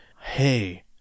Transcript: hey